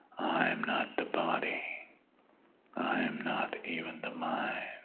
i am not the body i am not even the mind.